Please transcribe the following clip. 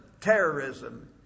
terrorism